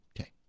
Okay